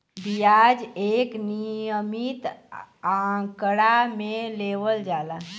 बियाज एक नियमित आंकड़ा मे लेवल जाला